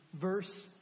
verse